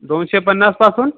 दोनशे पन्नासपासून